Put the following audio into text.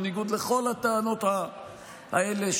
בניגוד לכל הטענות האלה,